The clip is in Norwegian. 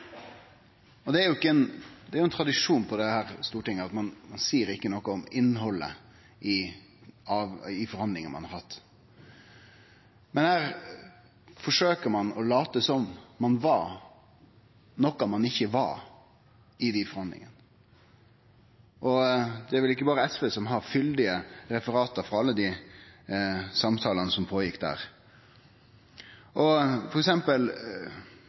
uheiderlege. Det er jo ein tradisjon for her i Stortinget at ein ikkje seier noko om innhaldet i forhandlingane ein har hatt. Men her forsøkjer ein å late som om ein var noko ein ikkje var i dei forhandlingane. Det er vel ikkje berre SV som har fyldige referat frå alle dei samtalene som var der.